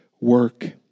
work